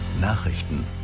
Nachrichten